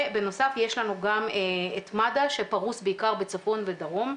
בנוסף יש לנו גם את מד"א שפרוס בעיקר בצפון ובדרום,